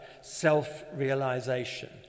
self-realization